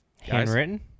Handwritten